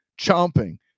chomping